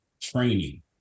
training